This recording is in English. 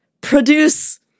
produce